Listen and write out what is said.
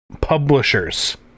Publishers